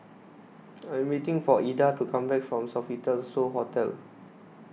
I am waiting for Eda to come back from Sofitel So Hotel